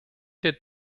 der